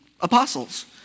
Apostles